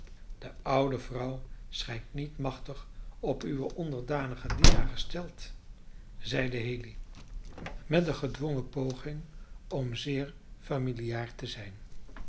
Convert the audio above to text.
de oude vrouw schijnt niet machtig op uwen onderdanigen dienaar gesteld zeide haley met een gedwongen poging om zeer familiaar te zijn